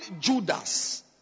Judas